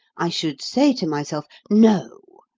i should say to myself, no!